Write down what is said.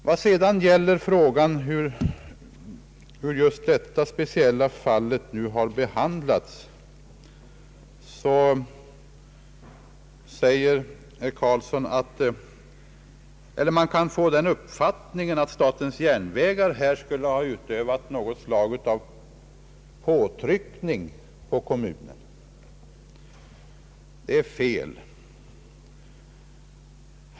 Vad sedan gäller frågan om hur just detta speciella fall har behandlats kan man få den uppfattningen att statens järnvägar här skulle ha utövat något slag av påtryckning på kommunen. Det är felaktigt.